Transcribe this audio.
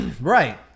right